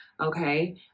okay